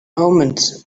omens